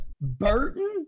Burton